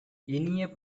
இனிய